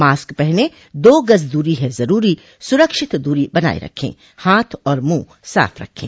mask पहनें दो गज़ दूरी है ज़रूरी सुरक्षित दूरी बनाए रखें हाथ और मुंह साफ़ रखें